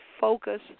focus